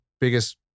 biggest